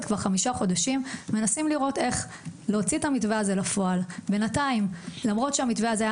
על פי המתווה החדש,